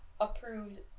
approved